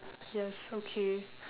yes okay